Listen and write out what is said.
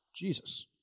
Jesus